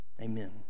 Amen